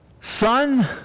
Son